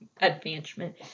advancement